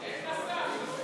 אין מסך.